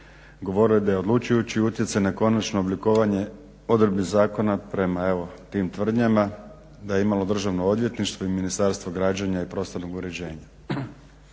govore da je odlučujući utjecaj na konačno oblikovanje odredbi zakona prema evo tim tvrdnjama, da je imalo Državno odvjetništvo i Ministarstvo građenja i prostornog uređenja